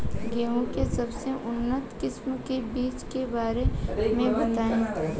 गेहूँ के सबसे उन्नत किस्म के बिज के बारे में बताई?